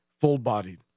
full-bodied